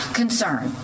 concern